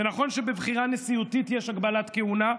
זה נכון שבבחירה נשיאותית יש הגבלת כהונה,